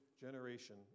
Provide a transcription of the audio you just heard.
generation